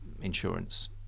insurance